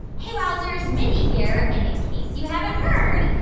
hey, wowzers. mindy here. and in case you haven't heard,